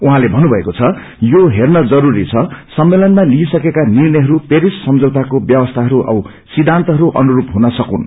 उहाँले भन्नुभ्वाएको छ यो हेँन जरूरी छ सम्मेलनमा लिइसकेका निर्णयहरू पेरिस सम्झाताको व्यवस्थाहरू औ सिद्धान्तहरू अनुस्र हुन सक्छन्